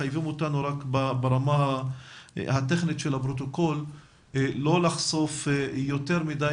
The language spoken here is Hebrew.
מחייבים אותנו ברמה הטכנית של הפרוטוקול לא לחשוף יותר מדי